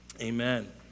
Amen